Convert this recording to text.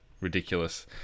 ridiculous